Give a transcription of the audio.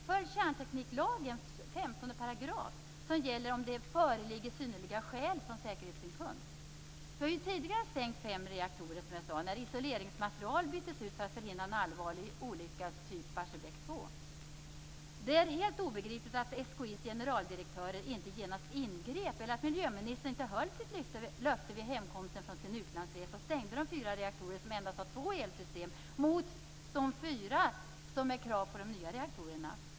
Följ kärntekniklagens 15 §, som gäller om det föreligger synnerliga skäl från säkerhetssynpunkt. Vi har tidigare stängt fem reaktorer, som jag sade, när isoleringsmaterial byttes ut för att förhindra en allvarlig olycka av samma typ som i Det är helt obegripligt att SKI:s generaldirektörer inte genast ingrep eller att miljöministern inte höll sitt löfte vid hemkomsten från sin utlandsresa och stängde de fyra reaktorer som endast har två elsystem. Det finns krav på fyra elsystem i de nya reaktorerna.